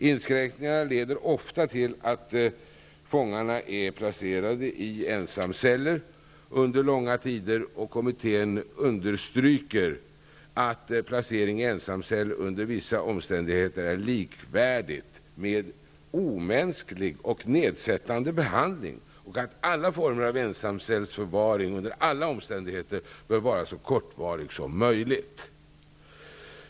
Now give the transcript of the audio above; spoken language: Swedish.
Inskränkningarna leder ofta till att fångarna är placerade i ensamceller under långa tider, och kommittén understryker att placering i ensamcell under vissa omständigheter är likvärdigt med omänsklig och nedsättande behandling och att alla former av ensamcellsförvaring under alla omständigheter bör vara så kortvarig som möjligt.